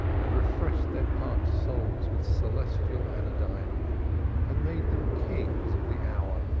and refreshed their parched souls with celestial anodyne and made them kings of the hour,